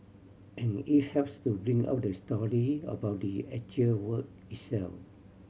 and it helps to bring out the story about the actual work itself